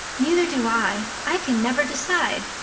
neither do i. i can never decide.